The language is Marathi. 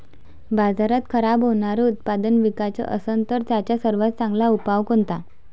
बाजारात खराब होनारं उत्पादन विकाच असन तर त्याचा सर्वात चांगला उपाव कोनता?